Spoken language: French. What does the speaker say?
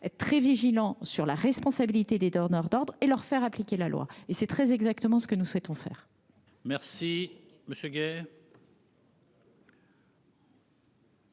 être très vigilant sur la responsabilité des donneurs d'ordre et leur faire appliquer la loi. C'est très exactement ce que nous souhaitons faire. Le Gouvernement